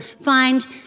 find